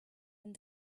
and